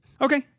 okay